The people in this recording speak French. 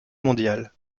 mondiales